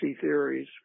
theories